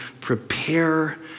prepare